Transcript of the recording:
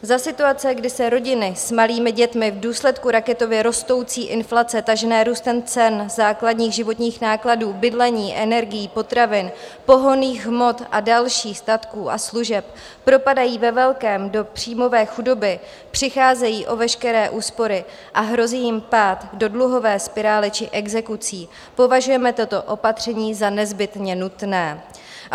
Za situace, kdy se rodiny s malými dětmi v důsledku raketově rostoucí inflace tažené růstem cen základních životních nákladů, bydlení, energií, potravin, pohonných hmot a dalších statků a služeb propadají ve velkém do příjmové chudoby, přicházejí o veškeré úspory a hrozí jim pád do dluhové spirály či exekucí, považujeme tato opatření za nezbytně nutná.